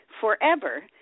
forever